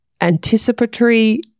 anticipatory